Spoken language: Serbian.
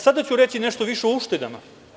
Sada ću reći nešto više o uštedama.